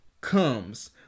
comes